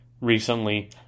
recently